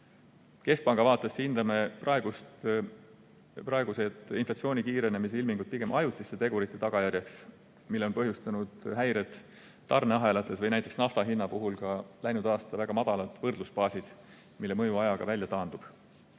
Keskpanga vaatest hindame praeguseid inflatsiooni kiirenemise ilminguid pigem ajutiste tegurite tagajärjeks, mille on põhjustanud häired tarneahelates või näiteks nafta hinna puhul ka läinud aasta väga madalad võrdlusbaasid, mille mõju ajaga välja taandub.